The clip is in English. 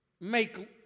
make